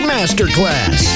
Masterclass